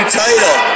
title